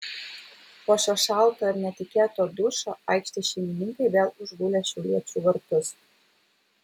po šio šalto ir netikėto dušo aikštės šeimininkai vėl užgulė šiauliečių vartus